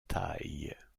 taille